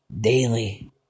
daily